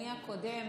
לנאומי הקודם